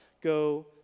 go